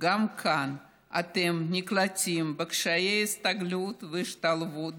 במצוקה רבה.